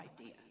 idea